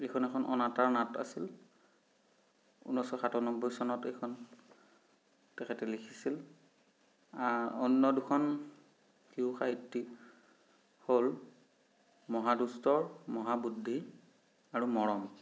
এইখন এখন অনাতাঁৰ নাট আছিল ঊনৈছশ সাতান্নব্বৈ চনত এইখন তেখেতে লিখিছিল অন্য দুখন শিশু সাহিত্যিক হ'ল মহাদুষ্টৰ মহাবুদ্ধি আৰু মৰম